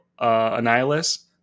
Annihilus